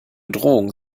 drohung